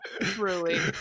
truly